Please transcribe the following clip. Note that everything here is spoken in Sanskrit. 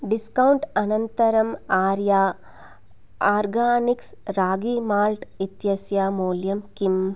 डिस्कौण्ट् अनन्तरं आर्या आर्गानिक्स् रागी माल्ट् इत्यस्य मूल्यं किम्